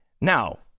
Now